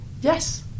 Yes